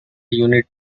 unit